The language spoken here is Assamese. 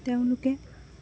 তেওঁলোকে